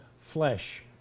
flesh